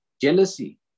jealousy